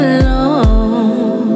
alone